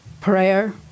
prayer